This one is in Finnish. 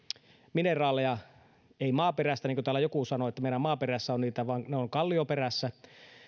mineraaleja ei maaperästä niin kuin täällä joku sanoi että meidän maaperässä on niitä vaan ne ovat kallioperässä